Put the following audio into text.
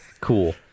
Cool